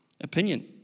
opinion